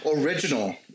original